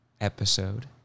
episode